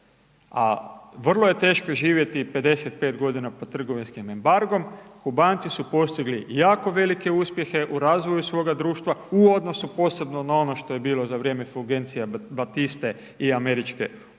a vrlo je teško živjeti 55 godina pod trgovinskim embargom, Kubanci su postigli jako velike uspjehe u razvoju svoga društva u odnosu posebno na ono što je bilo za vrijeme za vrijeme Fulgencia Betiste i američke okupacije.